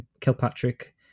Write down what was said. Kilpatrick